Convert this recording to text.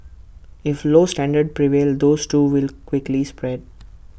if low standards prevail those too will quickly spread